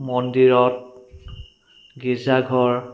মন্দিৰত গীৰ্জাঘৰ